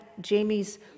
Jamie's